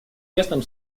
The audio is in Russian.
тесном